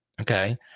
Okay